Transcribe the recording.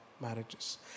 marriages